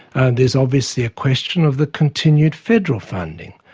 and there's obviously a question of the continued federal funding,